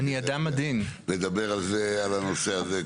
אני תכננתי לדבר על הנושא הזה,